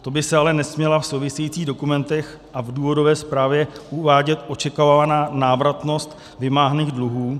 To by se ale nesměla v souvisejících dokumentech a v důvodové zprávě uvádět očekávaná návratnost vymáhaných dluhů.